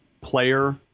player